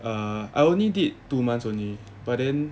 err I only did two months only but then